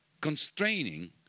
constraining